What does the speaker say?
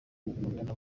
mukundana